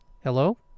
Hello